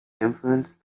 influence